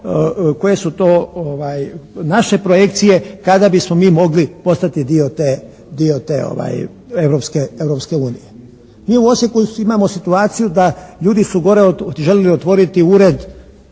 koje su to naše projekcije kada bismo mi mogli postati dio te Europske unije. Mi u Osijeku imamo situaciju da ljudi su gore želili otvoriti ured